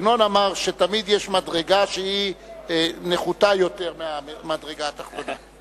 עגנון אמר שתמיד יש מדרגה שהיא נחותה יותר מהמדרגה התחתונה.